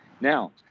Now